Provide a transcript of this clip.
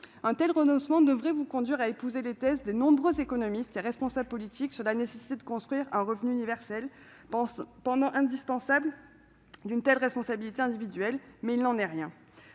Un tel renoncement devrait vous conduire à épouser les thèses de nombreux économistes et responsables politiques sur la nécessité de construire un revenu universel, pendant indispensable d'une telle responsabilité individuelle- mais il n'est en rien.